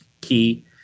key